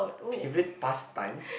favourite pastime